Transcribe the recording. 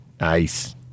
Nice